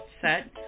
set